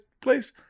place